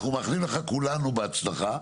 אנחנו מאחלים לך כולנו בהצלחה,